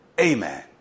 amen